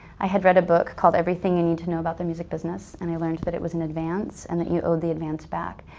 i had read a book called, everything you need to know about the music business and i learned that it was an advance and that you owed the advance back.